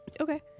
Okay